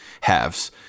halves